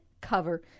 cover